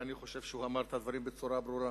ואני חושב שהוא אמר את הדברים בצורה ברורה,